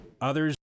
Others